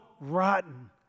rotten